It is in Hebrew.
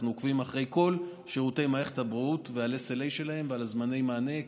אנחנו עוקבים אחרי כל שירותי מערכת הבריאות וה-SLA שלהם וזמני מענה,